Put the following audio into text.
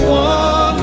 one